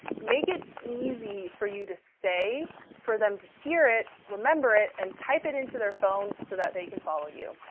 make it easy for you to say for them to hear it, remember it, and type it into their phone so that they can follow you.